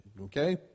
okay